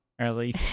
early